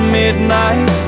midnight